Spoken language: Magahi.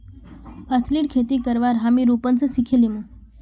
अलसीर खेती करवा हामी रूपन स सिखे लीमु